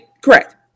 Correct